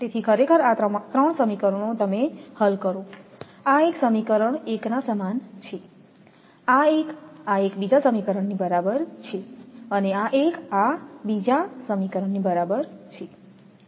તેથી ખરેખર આ ત્રણ સમીકરણો હલ કરો આ એક સમીકરણ એકના સમાન છે આ એક આ એક બીજા સમીકરણની બરાબર છે અને આ એક આ બીજા સમીકરણની બરાબર છે